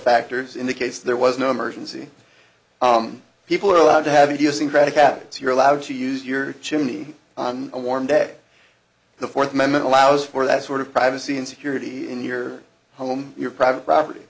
factors in the case there was no emergency people are allowed to have idiosyncratic habits you're allowed to use your chimney on a warm day the fourth amendment allows for that sort of privacy and security in your home your private property